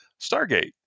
Stargate